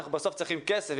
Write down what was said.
אנחנו בסוף צריכים כסף.